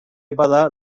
bada